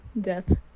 death